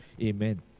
Amen